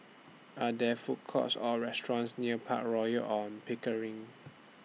Are There Food Courts Or restaurants near Park Royal on Pickering